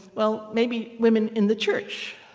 well, maybe women in the church.